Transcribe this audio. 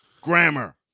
grammar